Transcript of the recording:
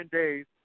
days